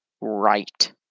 right